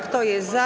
Kto jest za?